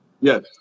Yes